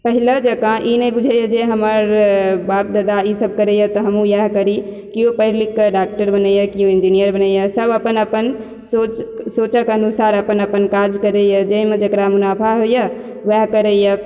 पहिले जकाँ ई नहि बुझैया जे हमर बाप दादा इसब करैया तऽ हमहुँ यएह करी केओ पढ़ि लिख कऽ डॉक्टर बनैया केओ इंजीनियर बनैया सब अपन अपन सोच सोचक अनुसार अपन अपन काज करैया जाहिमे जकरा मुनाफा होइया वएह करैया